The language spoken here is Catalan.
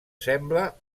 sembla